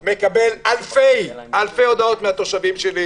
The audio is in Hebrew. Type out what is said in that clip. אני מקבל אלפי הודעות מהתושבים שלי,